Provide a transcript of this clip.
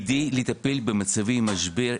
כדי לטפל במצבי משבר,